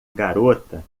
garota